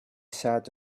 sat